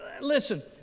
listen